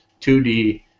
2D